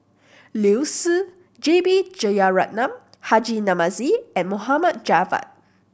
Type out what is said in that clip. Liu Si J B Jeyaretnam Haji Namazie Mohd Javad